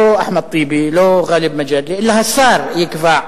לא אחמד טיבי, לא גאלב מג'אדלה, אלא השר יקבע.